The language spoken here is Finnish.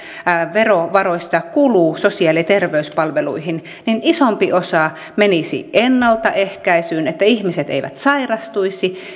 verovaroistamme kuluu sosiaali ja terveyspalveluihin isompi osa menisi ennaltaehkäisyyn että ihmiset eivät sairastuisi